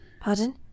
Pardon